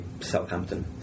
Southampton